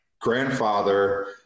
grandfather